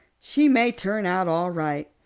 she may turn out all right.